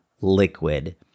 liquid